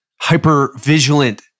hyper-vigilant